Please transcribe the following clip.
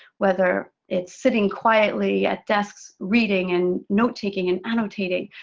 whether it's sitting quietly at desks reading, and note taking and annotating.